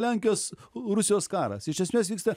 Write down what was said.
lenkijos rusijos karas iš esmės vyksta